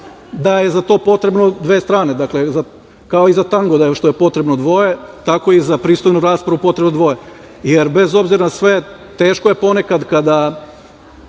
da je i za to potrebno dve strane, kao i za tango što je potrebno dvoje, tako i za pristojnu raspravu je potrebno dvoje, jer bez obzira na sve teško je ponekad kada